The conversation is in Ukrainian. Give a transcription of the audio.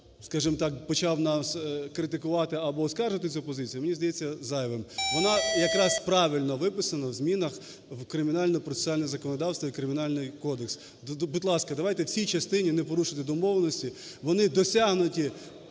скажемо так, почав нас критикувати або оскаржувати цю позицію, мені здається, зайвим. Вона якраз правильно виписана в змінах в Кримінальне процесуальне законодавство і Кримінальний кодекс. Будь ласка, давайте в цій частині не порушувати домовленостей. Вони досягнуті,